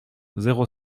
zéro